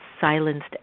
silenced